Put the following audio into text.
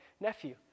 nephew